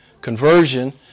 conversion